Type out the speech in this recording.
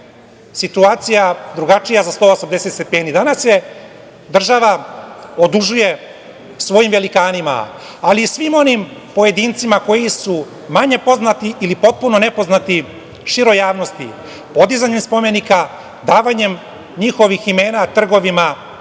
situacija drugačija za 180 stepeni. Danas se država odužuje svojim velikanima, ali i svim onim pojedincima koji su manje poznati, ili potpuno nepoznati široj javnosti, podizanjem spomenika, davanjem njihovih imena trgovima